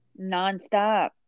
Nonstop